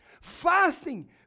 Fasting